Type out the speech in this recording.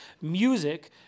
music